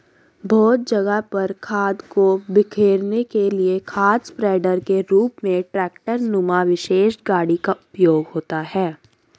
बहुत जगह पर खाद को बिखेरने के लिए खाद स्प्रेडर के रूप में ट्रेक्टर नुमा विशेष गाड़ी का उपयोग होता है